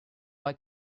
why